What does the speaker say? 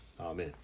Amen